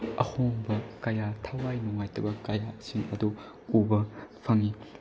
ꯑꯍꯣꯡꯕ ꯀꯌꯥ ꯊꯋꯥꯏ ꯅꯨꯡꯉꯥꯏꯇꯕ ꯀꯌꯥꯁꯤꯡ ꯑꯗꯨ ꯎꯕ ꯐꯪꯏ